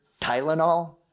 Tylenol